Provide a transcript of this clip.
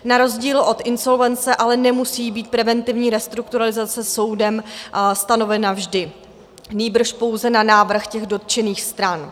Na rozdíl od insolvence ale nemusí být preventivní restrukturalizace soudem stanovena vždy, nýbrž pouze na návrh dotčených stran.